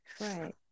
Right